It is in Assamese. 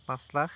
পাঁচ লাখ